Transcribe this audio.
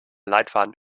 leitfaden